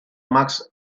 max